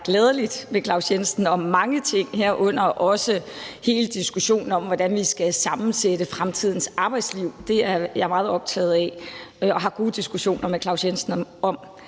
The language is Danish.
gladelig med Claus Jensen om mange ting, herunder også hele diskussionen om, hvordan vi skal sammensætte fremtidens arbejdsliv. Det er jeg meget optaget af og har gode diskussioner med Claus Jensen om.